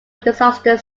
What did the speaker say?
disaster